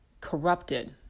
corrupted